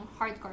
hardcore